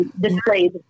displayed